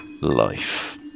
life